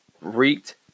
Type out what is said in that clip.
wreaked